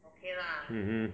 mmhmm